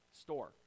store